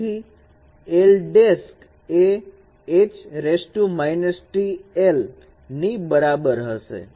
તેથી l એ H T l ની બરાબર હશે